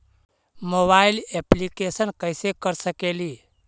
Mobile application कैसे कर सकेली?